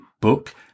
book